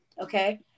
Okay